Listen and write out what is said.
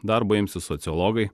darbo imsis sociologai